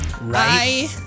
Right